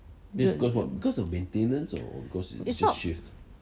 is not